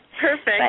Perfect